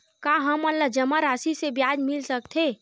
का हमन ला जमा राशि से ब्याज मिल सकथे?